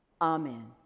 Amen